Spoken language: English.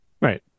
right